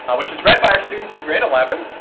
um which is read by our students in grade eleven